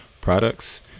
products